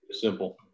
Simple